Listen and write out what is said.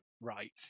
Right